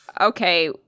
Okay